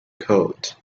colt